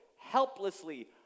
helplessly